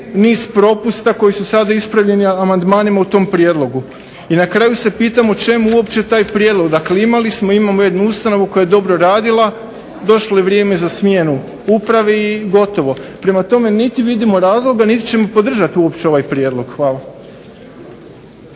niz propusta koji su sada ispravljeni amandmanima u tom prijedlogu i na kraju se pitamo čemu uopće taj prijedlog. Dakle, imali smo i imamo jednu ustanovu koja je dobro radila, došlo je vrijeme za smjenu u upravi i gotovo. Prema tome, niti vidimo razloga, niti ćemo podržati uopće ovaj Prijedlog. Hvala.